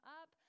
up